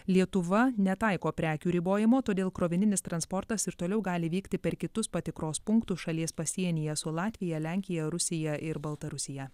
lietuva netaiko prekių ribojimo todėl krovininis transportas ir toliau gali vykti per kitus patikros punktus šalies pasienyje su latvija lenkija rusija ir baltarusija